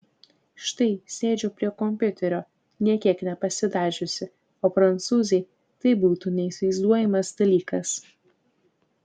štai sėdžiu prie kompiuterio nė kiek nepasidažiusi o prancūzei tai būtų neįsivaizduojamas dalykas